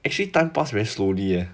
actually time pass very slowly eh